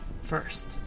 first